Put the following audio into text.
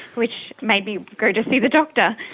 which made me go to see the doctor.